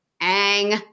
ang